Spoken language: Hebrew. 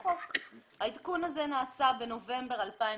העדכון הזה נעשה בנובמבר 2018,